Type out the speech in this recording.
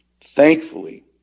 thankfully